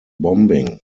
bombing